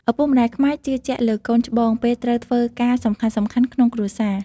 ឪពុកម្តាយខ្មែរជឿជាក់លើកូនច្បង ពេលត្រូវធ្វើការសំខាន់ៗក្នុងគ្រួសារ។